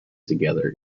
together